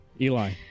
Eli